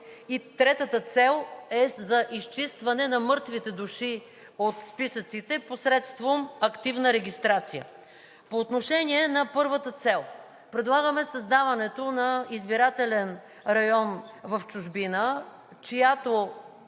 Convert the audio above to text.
третата цел е за изчистване на мъртвите души от списъците посредством активна регистрация. По отношение на първата цел. Предлагаме създаването на избирателен район в чужбина, чийто